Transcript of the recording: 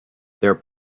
their